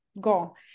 go